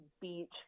beach